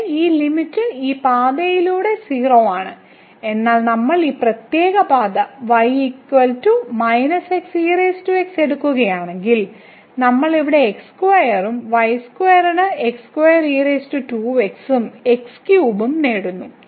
ഇവിടെ ഈ ലിമിറ്റ് ഈ പാതയിലൂടെ 0 ആണ് എന്നാൽ നമ്മൾ ഈ പ്രത്യേക പാത എടുക്കുകയാണെങ്കിൽ നമ്മൾ ഇവിടെ x2 ഉം y2 ന് ഉം x3 ഉം നേടുന്നു